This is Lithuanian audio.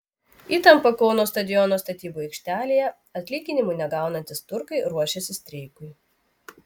įtampa kauno stadiono statybų aikštelėje atlyginimų negaunantys turkai ruošiasi streikui